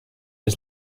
was